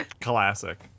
Classic